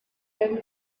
that